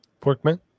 Porkman